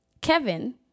Kevin